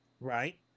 right